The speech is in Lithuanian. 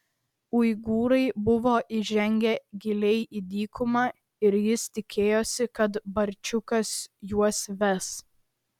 uigūrai buvo įžengę giliai į dykumą ir jis tikėjosi kad barčiukas juos ves